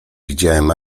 widziałem